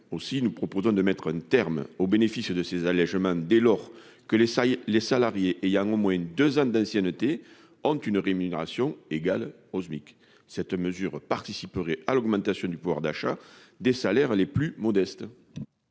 Aussi, nous proposons de mettre un terme au bénéfice de ces allègements, dès lors que les salariés ayant au moins deux ans d'ancienneté ont une rémunération égale au SMIC. Cette mesure participerait à l'augmentation du pouvoir d'achat des salaires les plus modestes.